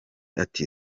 ati